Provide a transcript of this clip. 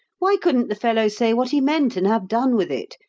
why couldn't the fellow say what he meant and have done with it,